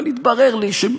אבל התברר לי,